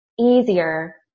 easier